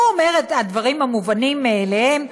הוא אומר את הדברים המובנים מאליהם.